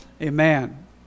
amen